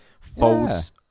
folds